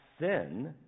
sin